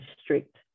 strict